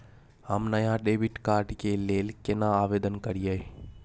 हम नया debit card के लेल केना आवेदन करियै?